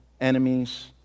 enemies